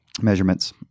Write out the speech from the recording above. measurements